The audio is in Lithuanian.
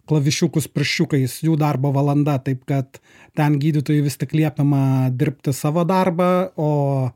klavišiukus pirščiukais jų darbo valanda taip kad ten gydytojui vis tik liepiama dirbti savo darbą o